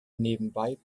nebenbei